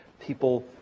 people